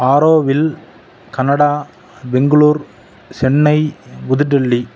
Auroville Canada Bengaluru Chennai Pudhu Delhi